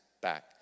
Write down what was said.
back